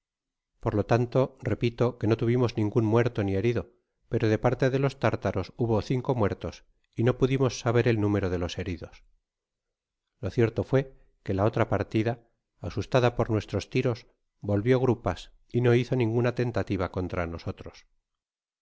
por lo tanto repilo que no tuvimos ningun muerto ni herido pero de parte de los tártaros hubo cinco muertos y no pudimos saber el número de los heridos lo cierto fué que la otra partida asustada por nuestros tiros volvio grupas y no hizo ninguna tentativa contra nosotros